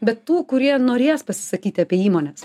bet tų kurie norės pasisakyti apie įmones